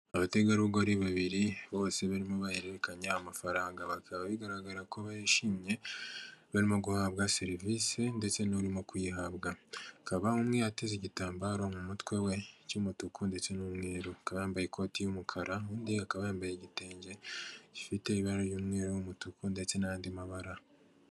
Abategarugori babiri bose barimo bahererekanya amafaranga, bikaba bigaragara ko bishimiye barimo guhabwa serivisi ndetse n'urimo kuyihabwa, akaba umwe ateze igitambaro mu mutwe we cy'umutuku ndetse n'umweru, akaba yambaye ikoti y'umukara, undi akaba yambaye igitenge gifite ibara ry'umweru n'umutuku ndetse n'andi mabara.